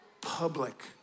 public